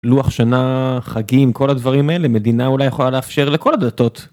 לוח שנה, חגים, כל הדברים האלה, מדינה אולי יכולה לאפשר לכל הדתות.